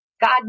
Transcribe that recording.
God